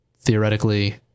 theoretically